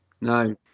No